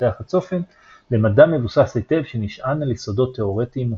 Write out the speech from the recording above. מפתח הצופן למדע מבוסס היטב שנשען על יסודות תאורטיים מוצקים.